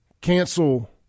cancel